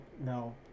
no